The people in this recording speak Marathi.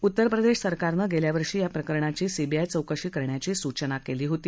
उत्तर प्रदेश सरकारनं गेल्या वर्षी याप्रकरणाची सीबीआय चौकशी करण्याची सुचना केली होती